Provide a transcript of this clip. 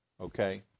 Okay